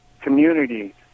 community